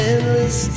Endless